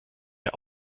der